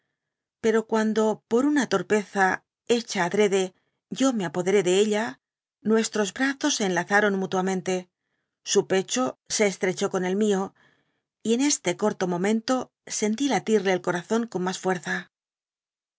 pero cuando por una torpeza echa adrede yo me apodere de ella nuestros brazos se enlazaron mutuamente j su pecho se estrechó con el mió y en este corto momento sentí latirle el corazón con mas fuerza